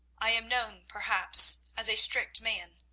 i am known perhaps as a strict man,